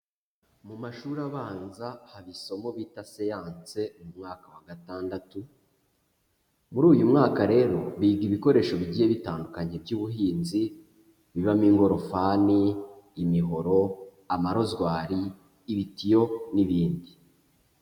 Mu mashuri abanza haba isomo bita siyanse mu mwaka wa gatandatu, muri uyu mwaka rero biga ibikoresho bigiye bitandukanye by'ubuhinzi, bibamo ingorofani, imihoro, amarozwari, ibitiyo n'ibindi.